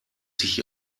sich